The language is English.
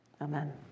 Amen